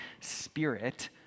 spirit